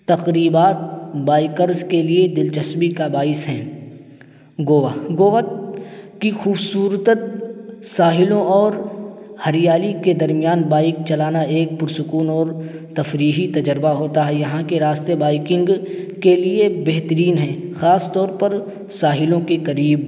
تقریبات بائکرس کے لیے دلچسپی کا باعث ہیں گووا گووا کی خوبصورتت ساحلوں اور ہریالی کے درمیان بائک چلانا ایک پر سکون اور تفریحی تجربہ ہوتا ہے یہاں کے راستے بائکنگ کے لیے بہترین ہیں خاص طور پر ساحلوں کے قریب